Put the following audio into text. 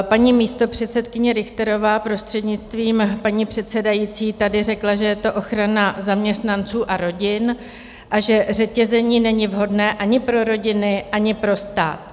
Paní místopředsedkyně Richterová, prostřednictvím paní předsedající, tady řekla, že to je ochrana zaměstnanců a rodin a že řetězení není vhodné ani pro rodiny, ani pro stát.